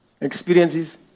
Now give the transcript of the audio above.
Experiences